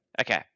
Okay